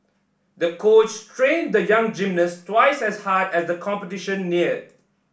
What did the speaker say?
the coach trained the young gymnast twice as hard as the competition neared